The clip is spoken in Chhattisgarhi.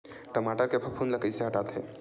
टमाटर के फफूंद ल कइसे हटाथे?